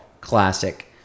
classic